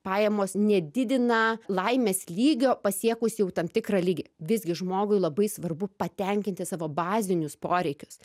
pajamos nedidina laimės lygio pasiekus jau tam tikrą lygį visgi žmogui labai svarbu patenkinti savo bazinius poreikius